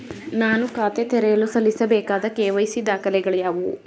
ನಾನು ಖಾತೆ ತೆರೆಯಲು ಸಲ್ಲಿಸಬೇಕಾದ ಕೆ.ವೈ.ಸಿ ದಾಖಲೆಗಳಾವವು?